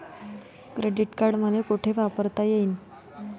Credit card मले कोठ कोठ वापरता येईन?